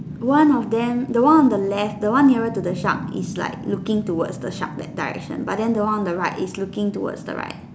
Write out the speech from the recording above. one of them the one on the left the one nearer to the shark is like looking towards the shark that direction but then the one on the right is looking towards the right